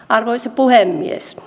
arvoisa puhemies